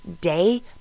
day